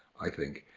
i think,